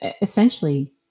essentially